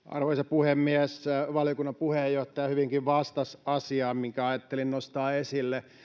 puhemies valiokunnan puheenjohtaja hyvinkin vastasi asiaan minkä ajattelin nostaa esille